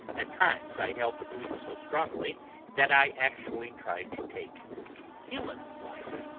at times i held the belief so strongly that i actually tried to take human life.